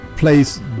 place